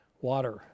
Water